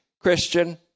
Christian